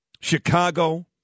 Chicago